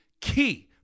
key